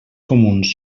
comuns